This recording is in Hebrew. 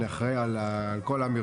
אני אחראי על המרשם,